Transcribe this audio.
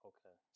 Okay